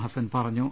ഹസ്സൻ പറഞ്ഞു